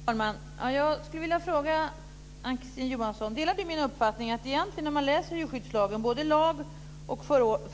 Fru talman! Jag skulle vilja fråga om Ann Kristine Johansson delar min uppfattning att om man följer djurskyddslagen, både lagen och förordningen,